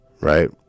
Right